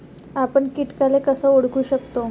आपन कीटकाले कस ओळखू शकतो?